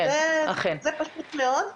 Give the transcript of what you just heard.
זה פשוט מאוד.